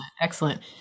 excellent